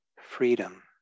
freedom